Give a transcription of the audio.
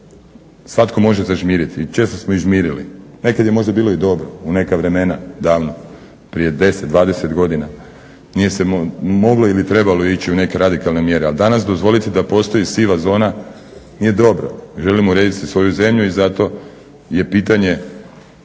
Svatko može zažmiriti, često smo i žmirili, nekad je možda bilo i dobro u neka vremena, davna prije deset, dvadeset godina. Nije se mogli ili trebalo ići u neke radikalne mjere, ali danas dozvolite da postoji siva zona, nije dobro. Želimo urediti svoju zemlju i zato je pitanje,